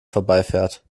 vorbeifährt